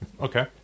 Okay